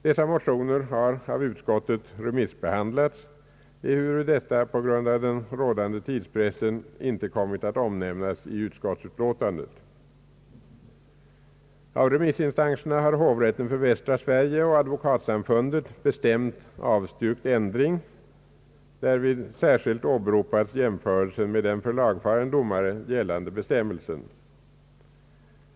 Dessa motioner har av utskottet remissbehandlats, ehuru detta på grund av den rådande tidspressen inte kommit att omnämnas i utskottsutlåtandet. Av remissinstanserna har hovrätten för västra Sverige och Advokatsamfundet bestämt avstyrkt ändring, varvid särskilt åberopats jämförelsen med den för lagfaren domare gällande bestämmelsen.